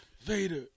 Vader